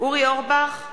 אורי אורבך,